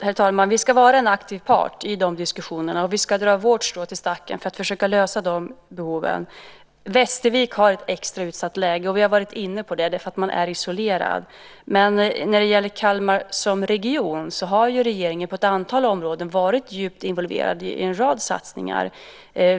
Herr talman! Vi ska vara en aktiv part i de diskussionerna, och vi ska dra vårt strå till stacken för att försöka lösa de behoven. Västervik har ett extra utsatt läge, och vi har varit inne på det. Västervik är isolerat. När det gäller Kalmar som region har regeringen på ett antal områden varit djupt involverad i en rad satsningar.